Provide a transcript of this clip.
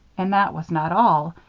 and that was not all.